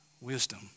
wisdom